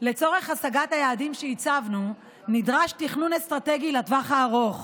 לצורך השגת היעדים שהצבנו נדרש תכנון אסטרטגי לטווח הארוך.